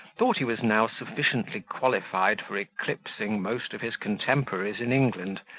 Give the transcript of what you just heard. thought he was now sufficiently qualified for eclipsing most of his contemporaries in england,